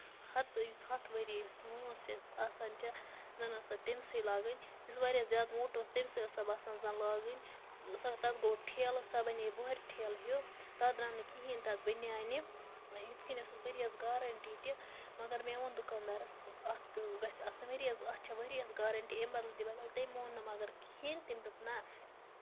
ہَتھ ہتھ ؤری وٲنٛس چھِ اَسہِ آسان جا زَن ٲس سۄ تٔمۍ سٕے لٲگٕنۍ یُس واریاہ زیادٕ موٚٹ اوس تٔمۍسٕے ٲسۍ باسان زَن لاگٕنۍ تَتھ سۅ تَتھ گوٚو ٹھیلہٕ سۄ بَنے بۅہرِ ٹھیلہٕ ہیوٚو تَتھ درٛاو نہٕ کِہیٖنٛۍ تہٕ تَتھ بنیانہِ یِتھٕ کٔنۍ ٲسٕس ؤریَس گارینٹی تہِ مَگر مےٚ ووٚن دکان دارَس اَتھ گژھِ آسٕنۍ ؤریَس اَتھ چھا ؤرۍیَس گارینٹی امہِ بدلہٕ دِ بدل تٔمۍ مون نہٕ مَگر کِہیٖنٛۍ تٔمۍ دوٚپ نہَ